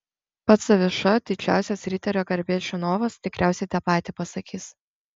pats zaviša didžiausias riterio garbės žinovas tikriausiai tą patį pasakys